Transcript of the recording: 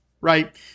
right